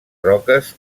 roques